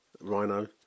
Rhino